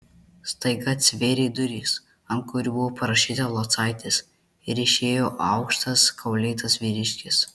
staiga atsivėrė durys ant kurių buvo parašyta locaitis ir išėjo aukštas kaulėtas vyriškis